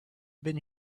been